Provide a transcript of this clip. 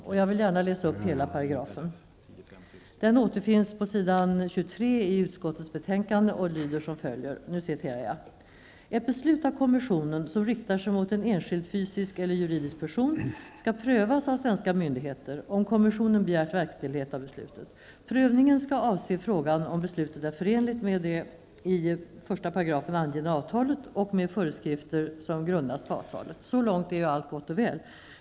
Jag läser upp hela paragrafen: 15 §, som återfinns på s. 23 i utskottets betänkande, lyder som följer: ''Ett beslut av kommissionen som riktar sig mot en enskild fysisk eller juridisk person skall prövas av svenska myndigheter, om kommissionen begärt verkställighet av beslutet. Så långt är allt gott och väl.